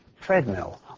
Treadmill